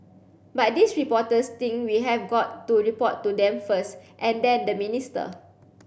but these reporters think we have got to report to them first and then the minister